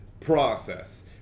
process